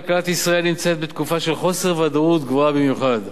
כלכלת ישראל נמצאת בתקופה של חוסר ודאות גבוה במיוחד.